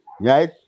right